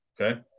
Okay